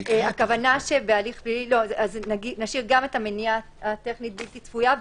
הכוונה שבהליך פלילי נשאיר גם את המניעה הטכנית בלתי צפויה,